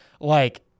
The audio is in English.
like-